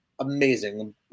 amazing